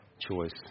choice